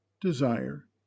desire